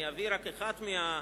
אני אביא רק אחת מהחלופין,